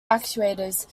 actuators